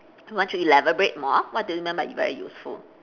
won't you elaborate more what do you mean by it very useful